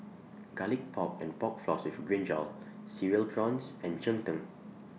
Garlic Pork and Pork Floss with Brinjal Cereal Prawns and Cheng Tng